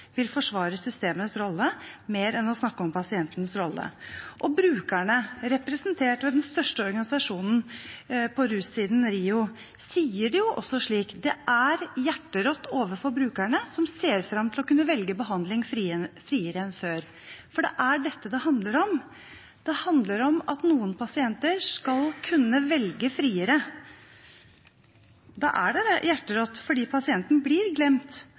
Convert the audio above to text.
vil forsvare systemets rolle heller enn å snakke om pasientens rolle. Brukerne, representert ved den største organisasjonen på russiden, RIO, sier jo også at det er «hjerterått overfor brukerne som har sett frem til å kunne velge behandling friere enn før». For det er dette det handler om. Det handler om at noen pasienter skal kunne velge friere. Da er det hjerterått, for pasienten blir glemt